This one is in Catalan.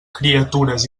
criatures